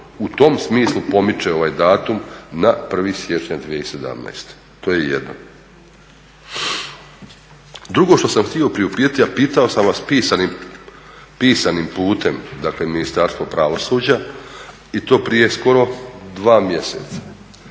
u tom smislu pomiče ovaj datum na 1.siječnja 2017., to je jedno. Drugo što sam htio priupitati, a pitao sam vas pisanim putem dakle Ministarstvo pravosuđe i to prije skoro dva mjeseca,